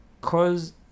cause